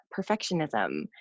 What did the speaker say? perfectionism